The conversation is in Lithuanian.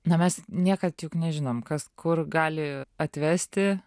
na mes niekad juk nežinom kas kur gali atvesti